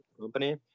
company